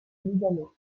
lugano